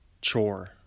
chore